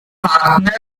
partner